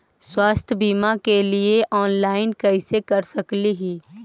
स्वास्थ्य बीमा के लिए ऑनलाइन कैसे कर सकली ही?